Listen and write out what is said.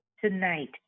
tonight